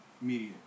media